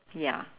ya